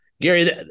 Gary